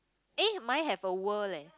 eh mine have a world leh